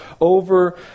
over